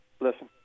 Listen